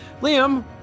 Liam